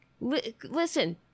listen